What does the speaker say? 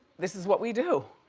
this is what we do.